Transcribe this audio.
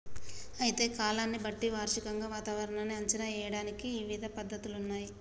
అయితే కాలాన్ని బట్టి వార్షికంగా వాతావరణాన్ని అంచనా ఏయడానికి ఇవిధ పద్ధతులున్నయ్యి